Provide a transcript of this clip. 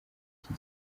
iki